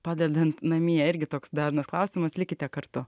padedant namie irgi toks dažnas klausimas likite kartu